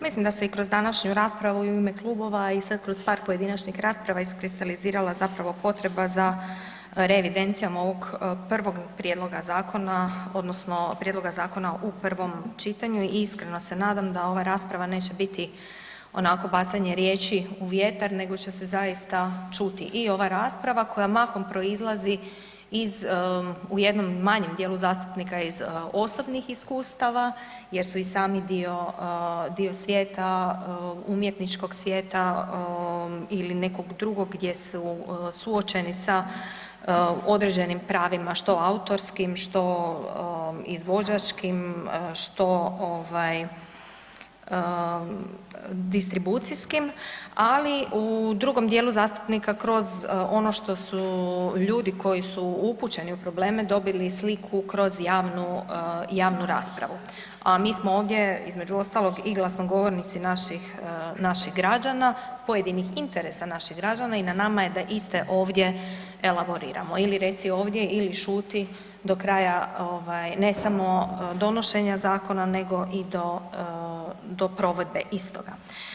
Mislim da se i kroz današnju raspravu i u ime klubova i sad kroz par pojedinačnih rasprava iskristalizirala zapravo potreba za revidencijom ovog prvog prijedloga zakona odnosno prijedloga zakona u prvom čitanju i iskreno se nadam da ova rasprava neće biti onako bacanje riječi u vjetar nego će se zaista čuti i ova rasprava koja mahom proizlazi iz, u jednom manjem dijelu zastupnika iz osobnih iskustava jer su i sami dio, dio svijeta, umjetničkog svijeta ili nekog drugog gdje su suočeni sa određenim pravima što autorskim, što izvođačkim, što ovaj distribucijskim, ali u drugom dijelu zastupnika kroz ono što su ljudi koji su upućeni u probleme dobili sliku kroz javnu, javnu raspravu, a mi smo ovdje između ostalog i glasnogovornici naših, naših građana, pojedinih interesa naših građana i na nama je da iste ovdje elaboriramo ili reci ovdje ili šuti do kraja ovaj ne samo donošenja zakona nego i do, do provedbe istoga.